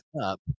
up